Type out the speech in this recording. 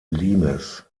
limes